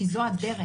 כי זו הדרך.